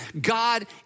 God